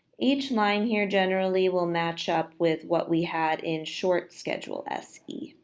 each line here generally will match up with what we had in short schedule se.